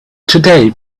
today